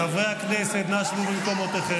חברי הכנסת, אנא שבו במקומותיכם.